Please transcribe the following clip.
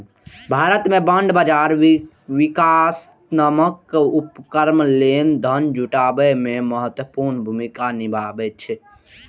भारत मे बांड बाजार विकासात्मक उपक्रम लेल धन जुटाबै मे महत्वपूर्ण भूमिका निभाबै छै